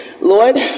Lord